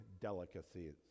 delicacies